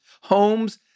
homes